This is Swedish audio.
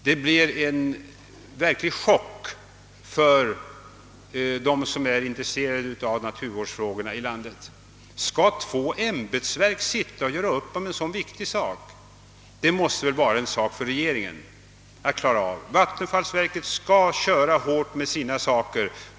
Det blev en verklig chock för dem som är intresserade av naturvårdsfrågorna i landet. Skall två ämbetsverk göra upp om en så viktig sak? Nej, det måste vara ett ärende för regeringen. Vattenfallsverket skall köra hårt med sina frågor.